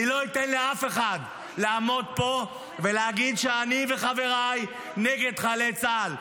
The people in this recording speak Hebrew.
אני לא אתן לאף אחד לעמוד פה ולהגיד שאני וחבריי נגד חיילי צה"ל,